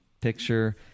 picture